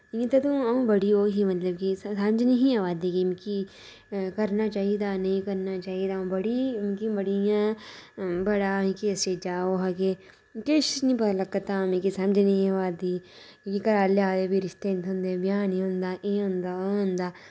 इयां तदूं आऊं बड़ी ओह् ही मतलब की समझ नि ही आवै दी कि मिकी करना चाहिदा नेईं करना चाहिदा आऊं बड़ी मिकी बड़ी इयां बड़ा मिकी उस चीजा दा ओह् हा कि किश नि पता लग्गा दा हा मिकी समझ नि ही आवा दी कि घरै आह्ले आखदे फ्ही रिश्ते नि थ्होंदे ब्याह् नि होंदा एह् होंदा ओह् होंदा